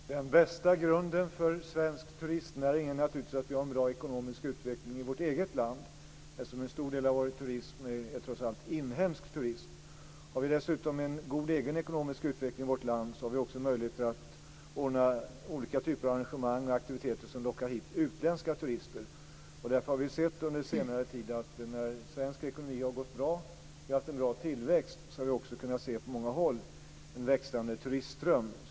Fru talman! Den bästa grunden för svensk turistnäring är naturligtvis att vi har en bra ekonomisk utveckling i vårt eget land, eftersom en stor del av vår turism trots allt är inhemsk. Har vi dessutom en god egen ekonomisk utveckling i vårt land har vi också möjligheter att ordna olika typer av arrangemang och aktiviteter som lockar hit utländska turister. När svensk ekonomi på senare tid har gått bra och vi har haft en bra tillväxt, har vi också på många håll kunnat se en växande turistström.